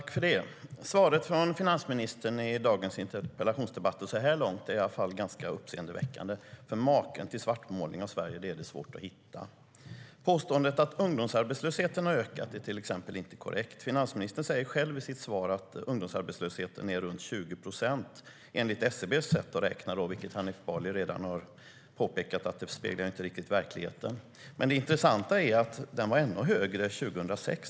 Fru talman! Svaret från finansministern i dagens interpellationsdebatt, i alla fall så här långt, är ganska uppseendeväckande. Maken till svartmålning av Sverige är det svårt att hitta. Det intressanta är att den var ännu högre 2006.